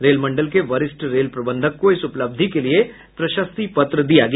rail मंडल के वरिष्ठ रेल प्रबंधक को इस उपलब्धि के लिये प्रशस्ति पत्र दिया गया